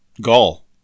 Gall